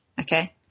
Okay